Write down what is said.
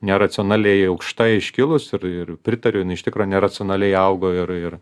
neracionaliai aukšta iškilus ir ir pritariu inai iš tikro neracionaliai augo ir ir